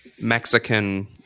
Mexican